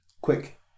quick